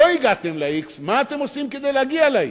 לא הגעתם ל-x, מה אתם עושים כדי להגיע ל-x?